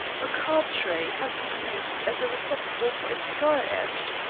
a card tray has been used as a receptacle for a cigar ash,